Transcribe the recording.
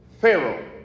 Pharaoh